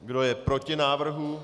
Kdo je proti návrhu?